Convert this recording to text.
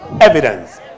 evidence